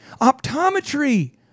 Optometry